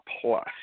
plus